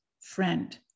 friend